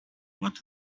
what